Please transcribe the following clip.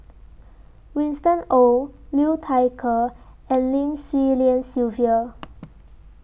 Winston Oh Liu Thai Ker and Lim Swee Lian Sylvia